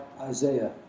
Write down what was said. Isaiah